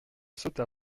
sauta